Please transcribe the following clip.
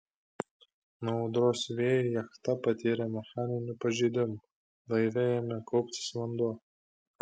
nuo audros vėjų jachta patyrė mechaninių pažeidimų laive ėmė kauptis vanduo